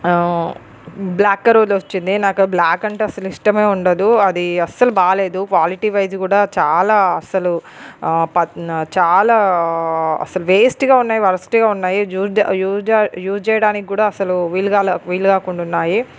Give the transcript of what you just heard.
black కర్వ్లో వచ్చింది నాకు బ్లాక్ అంటే అస్సలు ఇష్టమే ఉండదు అది అస్సలు బాగాలేదు క్వాలిటీ వైజ్ కూడా చాలా అస్సలు ప చాలా అస్సలు వేస్ట్గా ఉన్నాయి వరస్ట్గా ఉన్నాయి యూజ్డ్ యూజ్డ్ యూజ్ చేయడానికి కూడా అస్సలు వీలుగాల వీలు కాకుండా ఉన్నాయి